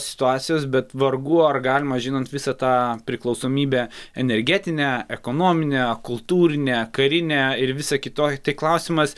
situacijos bet vargu ar galima žinant visą tą priklausomybę energetinę ekonominę kultūrinę karinę ir visą kitoj tai klausimas